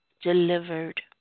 delivered